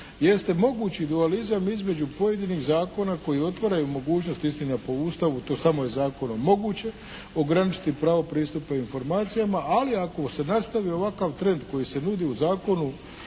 jeste mogući dualizam između pojedinih zakona koji otvaraju mogućnost, istina po Ustavu to samo je zakonom moguće ograničiti pravo pristupa informacijama, ali ako se nastavi ovakav trend koji se nudi u Zakonu